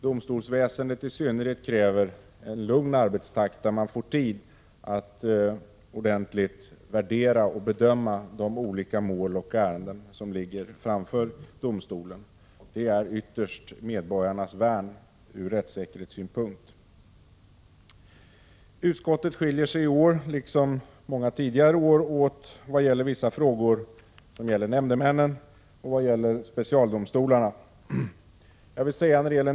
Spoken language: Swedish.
Domstolsväsendet i synnerhet kräver en lugn arbetstakt där domstolen får tid att ordentligt värdera och bedöma de olika mål och ärenden som ligger framför den. Det är ytterst medborgarnas värn ur rättssäkerhetssynpunkt. Utskottsledamöterna skiljer sig åt i år, liksom många tidigare år, i vad gäller vissa frågor som gäller nämndemännen och specialdomstolarna.